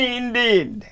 indeed